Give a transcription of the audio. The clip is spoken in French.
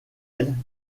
elles